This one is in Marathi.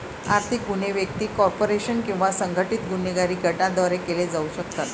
आर्थिक गुन्हे व्यक्ती, कॉर्पोरेशन किंवा संघटित गुन्हेगारी गटांद्वारे केले जाऊ शकतात